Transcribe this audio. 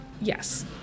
Yes